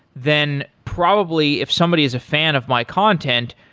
then probably if somebody is a fan of my content,